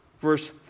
Verse